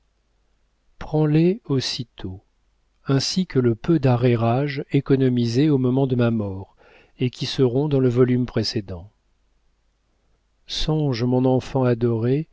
prends les aussitôt ainsi que le peu d'arrérages économisés au moment de ma mort et qui seront dans le volume précédent songe mon enfant adoré